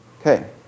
Okay